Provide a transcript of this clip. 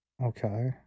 okay